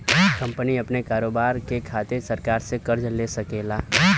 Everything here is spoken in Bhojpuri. कंपनी अपने कारोबार के खातिर सरकार से कर्ज ले सकेला